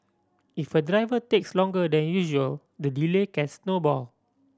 if a driver takes longer than usual the delay can snowball